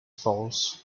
falls